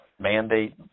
mandate